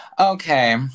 okay